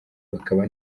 bakaba